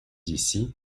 ici